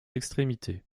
extrémités